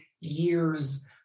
years